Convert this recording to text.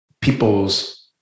people's